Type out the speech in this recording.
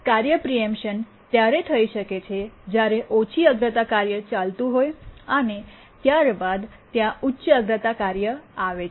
કાર્ય પ્રીમીપિશન ત્યારે થઈ શકે છે જ્યારે ઓછી અગ્રતા કાર્ય ચાલતું હોય અને ત્યારબાદ ત્યાં ઉચ્ચ અગ્રતા કાર્ય આવે છે